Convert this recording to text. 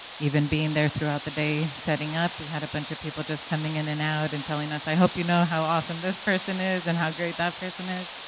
even being there throughout the day setting up, we had a bunch of people just coming in and out and telling us, i hope you know how awesome this person is and how great that person is,